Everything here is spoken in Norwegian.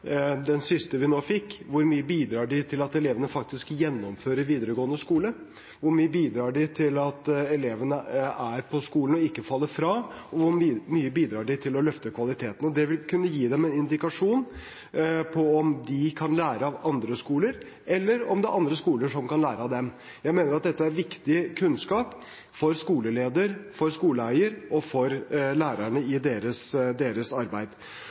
Hvor mye bidrar de til at elevene faktisk gjennomfører videregående skole? Hvor mye bidrar de til at elevene er på skolen og ikke faller fra? Og hvor mye bidrar de til å løfte kvaliteten? Det vil kunne gi dem en indikasjon på om de kan lære av andre skoler, eller om det er andre skoler som kan lære av dem. Jeg mener at dette er viktig kunnskap for skoleleder, for skoleeier og for lærerne i deres arbeid.